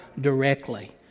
directly